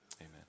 amen